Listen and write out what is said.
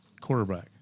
quarterback